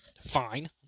fine